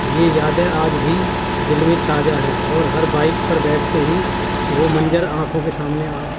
یہ یادیں آج بھی دل میں تازہ ہیں اور ہر بائک پر بیٹھتے ہی وہ منظر آنکھوں کے سامنے آ